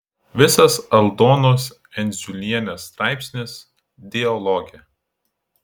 visas aldonos endziulienės straipsnis dialoge